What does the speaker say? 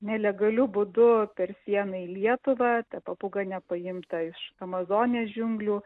nelegaliu būdu per sieną į lietuvą ta papūga nepaimta iš amazonės džiunglių